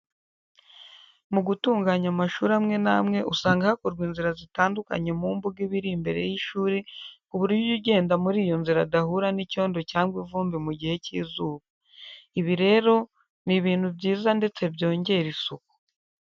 Mu gutunganya amashuri amwe n'amwe usanga hakorwa inzira zitandukanye mu mbuga iba iri imbere y'ishuri ku buryo ugenda muri iyo nzira adahura n'icyondo cyangwa ivumbi mu gihe cy'izuba. Ibi rero ni ibintu byiza ndetse byongera isuku.